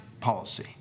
policy